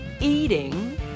eating